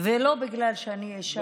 ולא בגלל שאני אישה וערבייה.